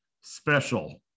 special